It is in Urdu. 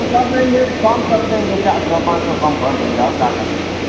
کم کر دیں گے کم کر دیں گے چار سو پانچ سو کم کر دیں گے اور کیا کریں گے کم